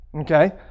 Okay